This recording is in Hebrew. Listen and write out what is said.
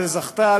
וזכתה,